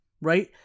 right